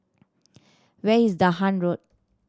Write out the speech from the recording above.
where is Dahan Road